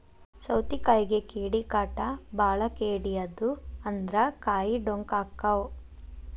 ಸೌತಿಕಾಯಿಗೆ ಕೇಡಿಕಾಟ ಬಾಳ ಕೇಡಿ ಆದು ಅಂದ್ರ ಕಾಯಿ ಡೊಂಕ ಅಕಾವ್